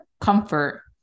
comfort